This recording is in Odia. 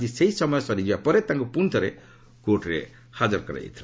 ଆଜି ସେହି ସମୟ ସରିଯିବା ପରେ ତାଙ୍କୁ ପୁଣିଥରେ କୋର୍ଟରେ ହାଜର କରାଯାଇଥିଲା